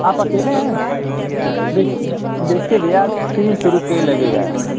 आप अकेले हैं देखिए भैया देखिए भैया तीन सौ रुपये लगेगा आपका